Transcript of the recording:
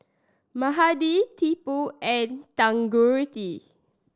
Mahade Tipu and Tanguturi